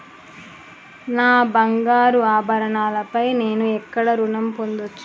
నా బంగారు ఆభరణాలపై నేను ఎక్కడ రుణం పొందచ్చు?